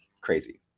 crazy